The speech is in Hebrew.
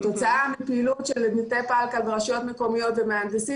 כתוצאה מפעילות של מטה הפלקל והרשויות המקומיות ומהנדסים,